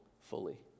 fully